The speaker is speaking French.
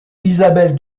isabelle